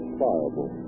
viable